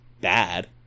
bad